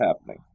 happening